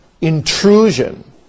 intrusion